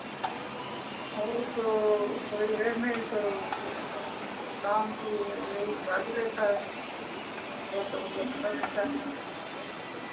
और तो कोई है नहीं तो शाम के ही खाली रहता है सुबह से मतलब भरा रहता है